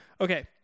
Okay